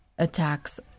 Attacks